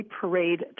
parade